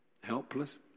Helpless